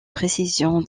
précision